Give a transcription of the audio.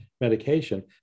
medication